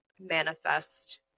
manifest